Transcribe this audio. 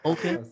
Okay